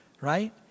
right